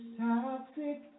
toxic